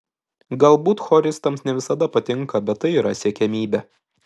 galbūt choristams ne visada patinka bet tai yra siekiamybė